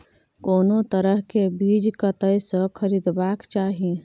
कोनो तरह के बीज कतय स खरीदबाक चाही?